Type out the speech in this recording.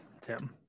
Tim